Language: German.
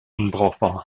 unbrauchbar